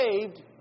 saved